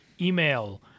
email